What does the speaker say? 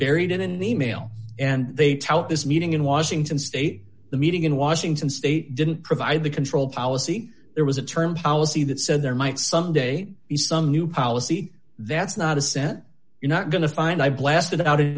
buried in an email and they tout this meeting in washington state the meeting in washington state didn't provide the control policy there was a term policy that said there might someday be some new policy that's not a cent you're not going to find i blasted out